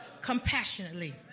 compassionately